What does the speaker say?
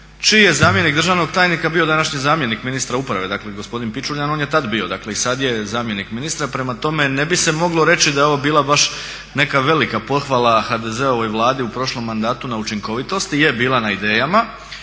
čiji je zamjenik državnog tajnika bio današnji zamjenik ministra uprave dakle gospodin Pičuljan, dakle on je tada bio i sada je zamjenik ministra. Prema tome ne bi se moglo reći da je ovo baš bila neka velika pohvala HDZ-ovoj vladi u prošlom mandatu na učinkovitosti, je bila na idejama